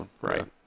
right